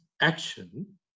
action